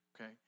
okay